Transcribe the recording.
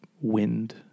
wind